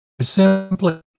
simply